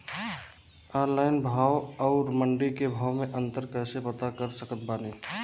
Online भाव आउर मंडी के भाव मे अंतर कैसे पता कर सकत बानी?